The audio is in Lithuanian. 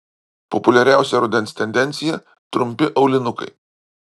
populiariausia rudens tendencija trumpi aulinukai